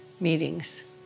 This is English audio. meetings